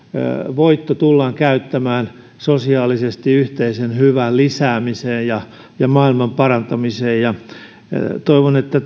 voitto tullaan käyttämään sosiaalisesti yhteisen hyvän lisäämiseen ja ja maailman parantamiseen toivon että